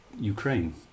Ukraine